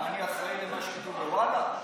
מה אני אחראי למה שאומרים בוואלה?